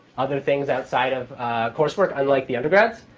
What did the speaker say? other things outside of coursework, unlike the undergrads.